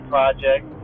Project